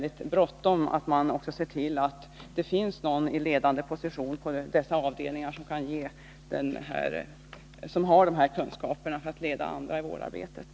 Det brådskar med att se till att de som har ledande position på långvårdsavdelningar får de kunskaper som behövs för att leda andra i vårdarbetet.